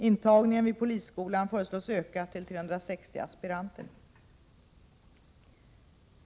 Intagningen vid polisskolan föreslås öka till 360 aspiranter.